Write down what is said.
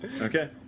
Okay